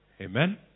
Amen